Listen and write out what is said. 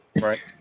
right